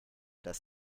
das